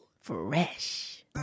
Fresh